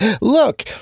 Look